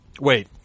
Wait